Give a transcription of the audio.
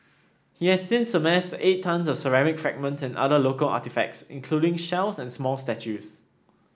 he has since amassed eight tonnes of ceramic fragments and other local artefacts including shells and small statues